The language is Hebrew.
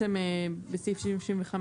בסעיף 65,